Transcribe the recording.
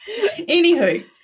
Anywho